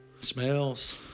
Smells